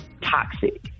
toxic